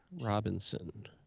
Robinson